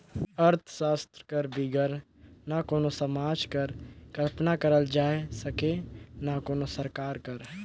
अर्थसास्त्र कर बिगर ना कोनो समाज कर कल्पना करल जाए सके ना कोनो सरकार कर